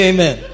Amen